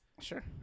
Sure